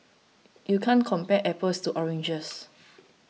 you can't compare apples to oranges